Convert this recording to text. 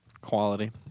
Quality